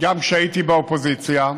גם כשהייתי באופוזיציה,